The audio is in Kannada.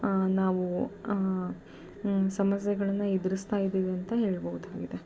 ನಾವು ಸಮಸ್ಯೆಗಳನ್ನು ಎದುರಿಸ್ತಾ ಇದ್ದೀವಿ ಅಂತ ಹೇಳ್ಬೌದಾಗಿದೆ